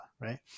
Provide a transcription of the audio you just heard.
right